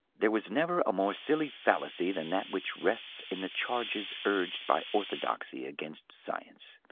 there was never a more silly fallacy than that which rests in the charges urged by orthodoxy against science.